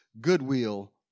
goodwill